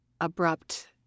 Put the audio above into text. abrupt